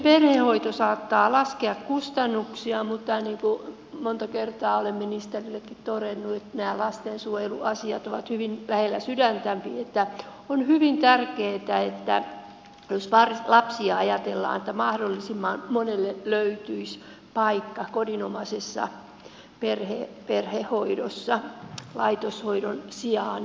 perhehoito saattaa laskea kustannuksia mutta niin kuin monta kertaa olen ministerillekin todennut kun nämä lastensuojeluasiat ovat hyvin lähellä sydäntäni että on hyvin tärkeätä kun lapsia ajatellaan että mahdollisimman monelle löytyisi paikka kodinomaisessa perhehoidossa laitoshoidon sijaan